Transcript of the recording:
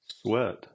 sweat